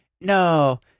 no